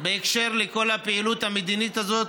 בהקשר של כל הפעילות המדינית הזאת